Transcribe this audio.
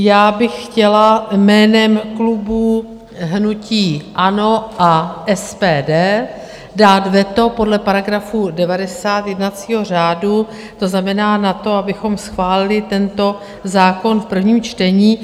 Já bych chtěla jménem klubu hnutí ANO a SPD dát veto podle § 90 jednacího řádu, to znamená na to, abychom schválili tento zákon v prvním čtení.